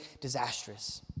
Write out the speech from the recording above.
disastrous